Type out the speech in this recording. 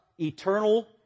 eternal